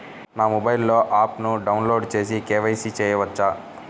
నా మొబైల్లో ఆప్ను డౌన్లోడ్ చేసి కే.వై.సి చేయచ్చా?